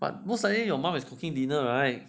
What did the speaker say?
but most likely your mum is cooking dinner right